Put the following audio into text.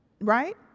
Right